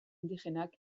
indigenak